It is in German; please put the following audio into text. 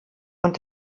und